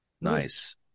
Nice